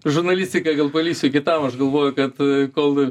žurnalistiką gal paliksiu kitam aš galvoju kad a kol a